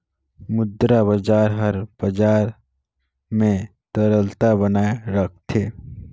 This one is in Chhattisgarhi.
मुद्रा बजार हर बजार में तरलता बनाए राखथे